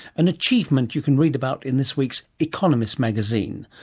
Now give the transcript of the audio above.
an achievement you can read about in this week's economist magazine.